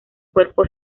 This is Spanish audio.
cuerpo